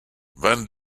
vingt